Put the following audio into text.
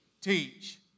teach